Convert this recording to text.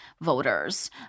voters